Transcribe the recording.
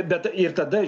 bet ir tada